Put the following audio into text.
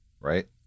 Right